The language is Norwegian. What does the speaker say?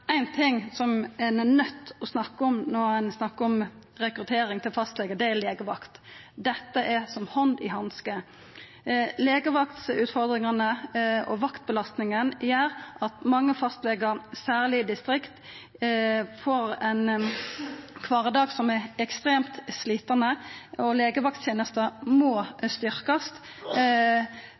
ein er nøydd til å snakka om når ein snakkar om rekrutteringa av fastlegar, er legevakt. Dette er som hand i hanske. Legevaktutfordringane og vaktbelastinga gjer at mange fastlegar, særleg i distrikta, får ein kvardag som er ekstremt slitande. Legevaktstenesta må